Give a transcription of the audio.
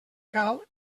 cal